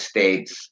States